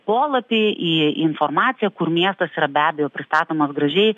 polapį į informaciją kur miestas yra be abejo pristatomas gražiai